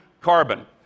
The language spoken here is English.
carbon